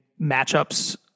matchups